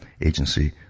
agency